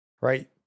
right